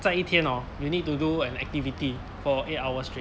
在一天哦 you need to do an activity for eight hour straight